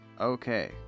Okay